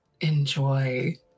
enjoy